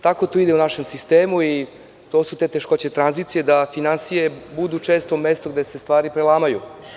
Tako to ide u našem sistemu i to su te teškoće tranzicije, da finansije budu često mesto gde se stvari prelamaju.